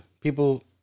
People